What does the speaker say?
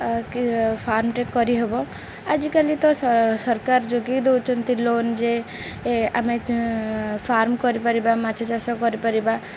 କି ଫାର୍ମରେେ କରିହେବ ଆଜିକାଲି ତ ସରକାର ଯୋଗାଇ ଦେଉଛନ୍ତି ଲୋନ୍ ଯେ ଆମେ ଫାର୍ମ କରିପାରିବା ମାଛ ଚାଷ କରିପାରିବା